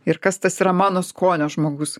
ir kas tas yra mano skonio žmogus